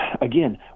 Again